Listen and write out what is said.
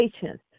patience